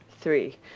three